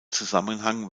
zusammenhang